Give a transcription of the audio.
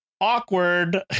awkward